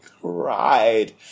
cried